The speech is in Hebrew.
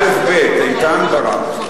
האשם העיקרי נכנס, אולי תיתן לו לדבר.